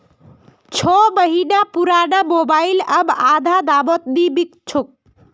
छो महीना पुराना मोबाइल अब आधा दामत नी बिक छोक